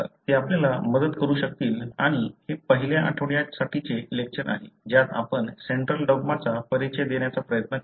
ते आपल्याला मदत करू शकतील आणि हे पहिल्या आठवड्यासाठीचे लेक्चर आहे ज्यात आपण सेंट्रल डॉग्माचा परिचय देण्याचा प्रयत्न केला